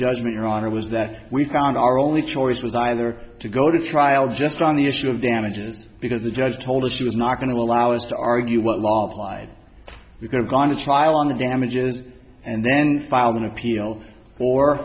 judgment your honor was that we found our only choice was either to go to trial just on the issue of damages because the judge told us she was not going to allow us to argue what law applied we could have gone to trial on the damages and then filed an appeal or